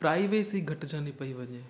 privacy घटिजंदी पई वञे